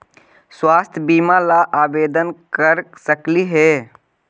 स्वास्थ्य बीमा ला आवेदन कर सकली हे?